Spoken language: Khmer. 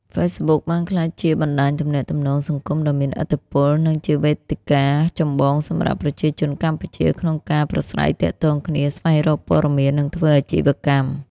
Facebook បានក្លាយជាបណ្តាញទំនាក់ទំនងសង្គមដ៏មានឥទ្ធិពល និងជាវេទិកាចម្បងសម្រាប់ប្រជាជនកម្ពុជាក្នុងការប្រាស្រ័យទាក់ទងគ្នា ស្វែងរកព័ត៌មាន និងធ្វើអាជីវកម្ម។